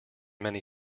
many